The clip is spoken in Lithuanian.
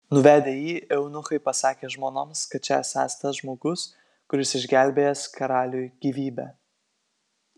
nuvedę jį eunuchai pasakė žmonoms kad čia esąs tas žmogus kuris išgelbėjęs karaliui gyvybę